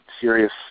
serious